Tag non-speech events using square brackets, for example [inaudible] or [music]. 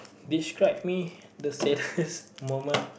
describe me the saddest [laughs] moment